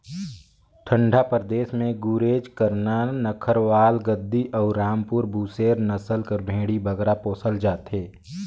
ठंडा परदेस में गुरेज, करना, नक्खरवाल, गद्दी अउ रामपुर बुसेर नसल कर भेंड़ी बगरा पोसल जाथे